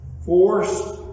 forced